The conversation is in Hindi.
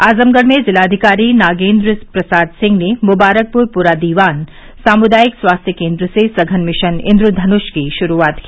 आजमगढ़ में जिलाधिकारी नागेन्द्र प्रसाद सिंह ने मुबारकपुर पुरा दीवान सामुदायिक स्वास्थ्य केन्द्र से सघन मिशन इन्द्रघनुष की शुरूआत की